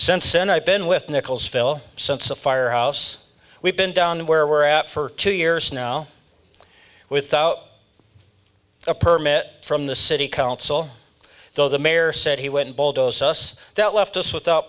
since then i've been with nickels phil since the firehouse we've been down where we're at for two years now without a permit from the city council though the mayor said he went bold owes us that left us without